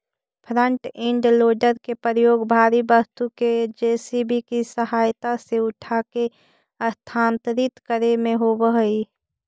front end loader के प्रयोग भारी वस्तु के जे.सी.बी के सहायता से उठाके स्थानांतरित करे में होवऽ हई